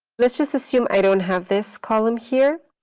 let's just assume i don't have this column here.